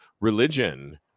religion